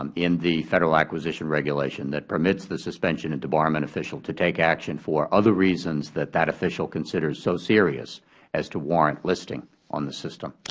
um in the federal acquisition regulation that permits the suspension and debarment official to take action for other reasons that that official considers so serious as to warrant listing on the system.